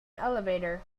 elevator